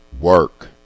work